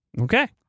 Okay